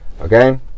Okay